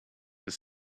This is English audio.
the